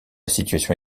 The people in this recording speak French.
situation